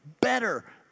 better